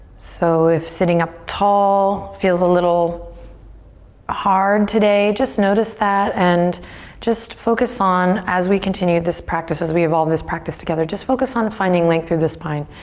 so if sitting up tall feels a little hard today just notice that and just focus on as we continue this practice, as we evolve this practice together just focus on finding length through the spine.